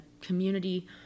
community